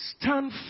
Stand